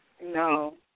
No